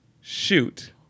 Shoot